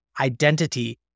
identity